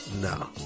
no